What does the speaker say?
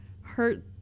hurt